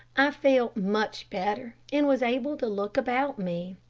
i felt much better and was able to look about me,